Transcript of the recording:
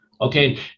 Okay